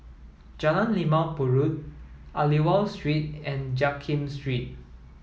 Jalan Limau Purut Aliwal Street and Jiak Kim Street